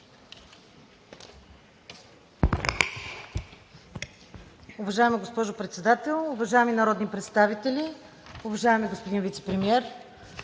Уважаема госпожо Председател, уважаеми народни представители, уважаеми господин Вицепремиер!